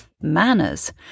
Manners